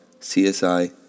CSI